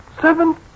Seven